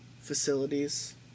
Facilities